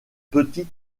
petit